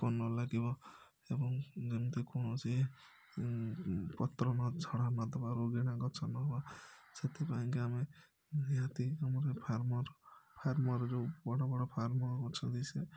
ପୋକ ନ ଲାଗିବ ଏବଂ ଯେମିତି କୌଣସି ପତ୍ର ନ ଛଡ଼ା ନ ଦେବା ରୋଗୀଣା ଗଛ ନ ହେବା ସେଥିପାଇଁକି ଆମେ ନିହାତି ଆମ ଗାଁ ଫାର୍ମର ଫାର୍ମର ଯେଉଁ ବଡ଼ ବଡ଼ ଫାର୍ମର ଅଛନ୍ତି ସିଏ